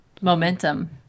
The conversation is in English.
Momentum